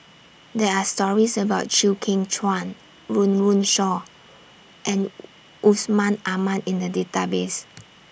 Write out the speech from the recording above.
There Are stories about Chew Kheng Chuan Run Run Shaw and Yusman Aman in The Database